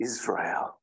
Israel